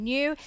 New